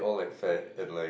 Malay